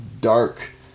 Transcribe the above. dark